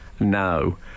no